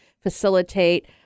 facilitate